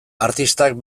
artistak